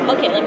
Okay